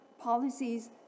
Policies